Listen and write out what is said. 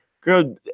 girl